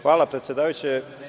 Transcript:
Hvala predsedavajući.